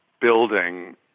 building